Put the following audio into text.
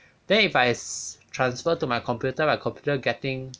then if I transfer to my computer my computer getting